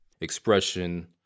Expression